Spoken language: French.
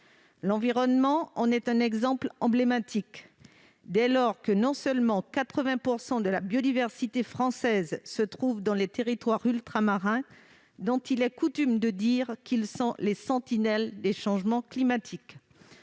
L'environnement est un exemple emblématique, alors que 80 % de la biodiversité française se trouve dans les territoires ultramarins, dont on a coutume de dire qu'ils sont les sentinelles des changements climatiques.